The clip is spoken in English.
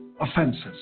offenses